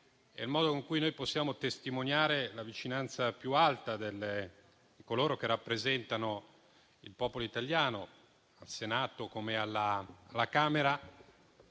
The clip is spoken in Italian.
È il modo in cui possiamo testimoniare la vicinanza più alta di coloro che rappresentano il popolo italiano, al Senato come alla Camera,